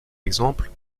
exemple